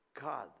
god